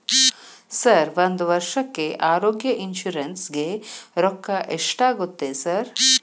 Sir ಒಂದು ವರ್ಷಕ್ಕೆ ಆರೋಗ್ಯ ಇನ್ಶೂರೆನ್ಸ್ ಗೇ ರೊಕ್ಕಾ ಎಷ್ಟಾಗುತ್ತೆ ಸರ್?